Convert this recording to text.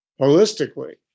holistically